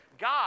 God